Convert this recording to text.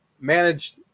managed